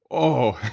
oh